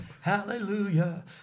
Hallelujah